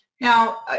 Now